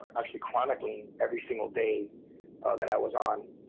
actually chronicling every single day that i was on,